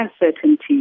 uncertainty